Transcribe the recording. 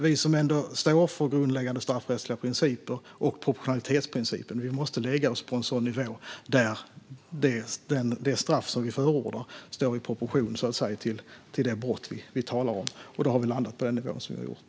Vi som står upp för grundläggande straffrättsliga principer och proportionalitetsprincipen måste dock lägga oss på en nivå där det straff som vi förordar står i proportion till det brott vi talar om. Då har vi landat på den nivå som vi har gjort.